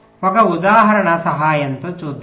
ఒక ఉదాహరణ సహాయంతో చూద్దాం